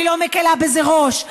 אני לא מקילה בזה ראש.